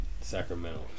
Sacramento